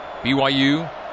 BYU